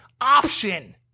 option